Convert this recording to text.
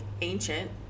ancient